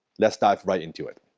let's dive right into it.